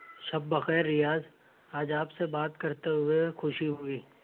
شب بخیر ریاض آج آپ سے بات کرتے ہوئے خوشی ہوئی